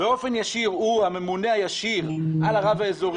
באופן ישיר הוא הממונה הישיר על הרב האזורי.